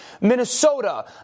Minnesota